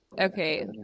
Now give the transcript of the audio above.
Okay